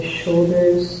shoulders